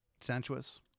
sensuous